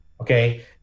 Okay